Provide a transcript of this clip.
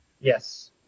Yes